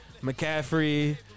McCaffrey